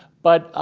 but